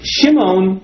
Shimon